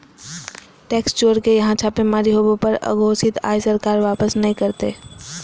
tax चोर के यहां छापेमारी होबो पर अघोषित आय सरकार वापस नय करतय